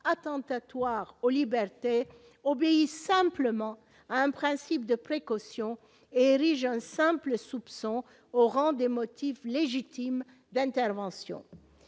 attentatoire aux libertés obéissent simplement à un principe de précaution, un simple soupçon au rang des motifs légitimes d'intervention